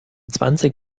zwanzig